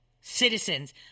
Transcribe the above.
Citizens